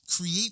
create